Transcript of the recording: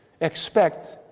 expect